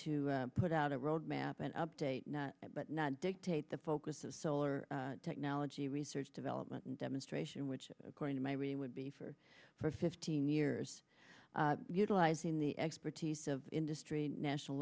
to put out a roadmap and update but not dictate the focus of solar technology research development and demonstration which according to my reading would be for for fifteen years utilizing the expertise of industry national